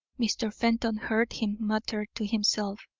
mr. fenton heard him mutter to himself.